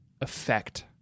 effect